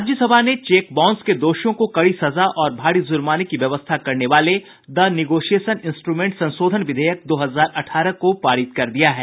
राज्यसभा ने check bounce के दोषियों को कड़ी सजा और भारी जुर्माने की व्यवस्था करने वाले द निगोसिएशन इन्सट्रूमेंटस् संशोधन विधेयक दो हजार अठारह को पारित कर दिया है